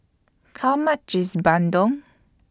How much IS Bandung